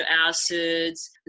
acids